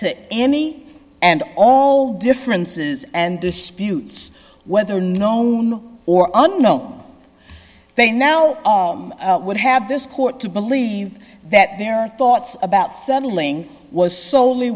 to any and all differences and disputes whether gnome or unknown they now would have this court to believe that there are thoughts about settling was sole